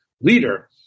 leader